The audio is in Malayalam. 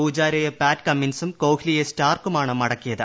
പൂജാരയെ പാറ്റ് കമ്മിൻസും കോഹ്ലിയെ സ്റ്റാർക്കുമാണ് മടക്കിയത്